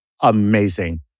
amazing